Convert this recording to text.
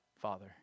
Father